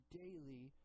daily